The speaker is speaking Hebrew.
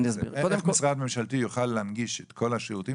איך משרד ממשלתי יוכל להנגיש את כל השירותים